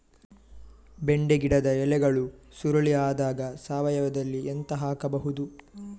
ಬೆಂಡೆ ಗಿಡದ ಎಲೆಗಳು ಸುರುಳಿ ಆದಾಗ ಸಾವಯವದಲ್ಲಿ ಎಂತ ಹಾಕಬಹುದು?